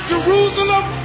Jerusalem